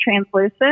translucent